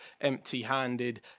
empty-handed